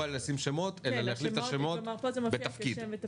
אנחנו מצביעים עכשיו על ההסתייגויות של שלמה קרעי לעניין